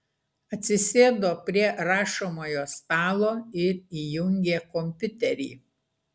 atsisėdo prie rašomojo stalo ir įjungė kompiuterį